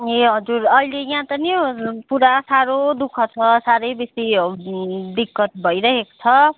ए हजुर अहिले यहाँ त नि पुरा साह्रो दुःख छ साह्रै बेसी दिक्कत भइरहेको छ